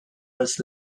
was